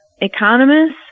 economists